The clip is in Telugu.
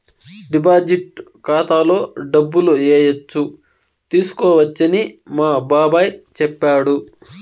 డిపాజిట్ ఖాతాలో డబ్బులు ఏయచ్చు తీసుకోవచ్చని మా బాబాయ్ చెప్పాడు